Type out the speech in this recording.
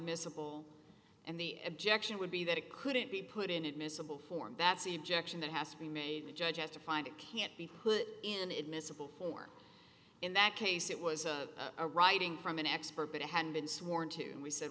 admissible and the objection would be that it couldn't be put in admissible form that's the objection that has to be made the judge has to find it can't be put in admissible for in that case it was a a writing from an expert but it hadn't been sworn to we said